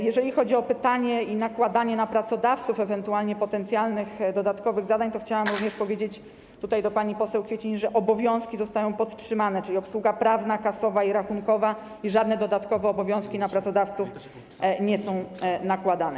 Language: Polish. Jeżeli chodzi o pytanie o nakładanie na pracodawców ewentualnie potencjalnych dodatkowych zadań, to chciałam również powiedzieć pani poseł Kwiecień, że obowiązki zostają podtrzymane, czyli obsługa prawna, kasowa i rachunkowa, i żadne dodatkowe obowiązki na pracodawców nie są nakładane.